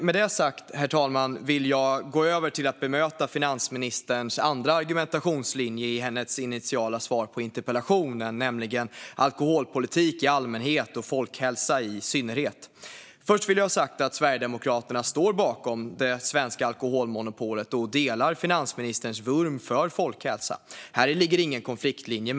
Med det sagt, herr talman, vill jag gå över till att bemöta finansministerns andra argumentationslinje i interpellationssvaret, nämligen alkoholpolitik i allmänhet och folkhälsa i synnerhet. Först vill jag ha sagt att Sverigedemokraterna står bakom det svenska alkoholmonopolet och delar finansministerns vurm för folkhälsa. Här finns mig veterligen ingen konfliktlinje.